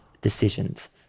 decisions